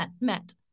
met